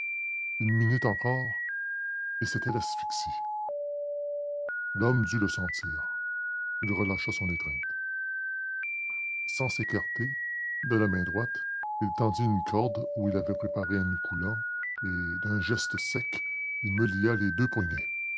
une minute encore et c'était l'asphyxie l'homme dut le sentir il relâcha son étreinte sans s'écarter de la main droite il tendit une corde où il avait préparé un noeud coulant et d'un geste sec il me lia les deux poignets